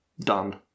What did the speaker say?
done